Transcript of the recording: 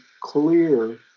clear